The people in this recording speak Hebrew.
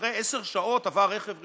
אחרי עשר שעות עבר רכב ראשון,